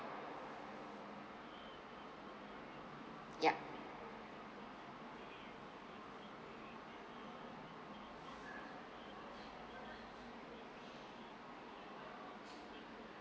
yup